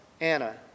Anna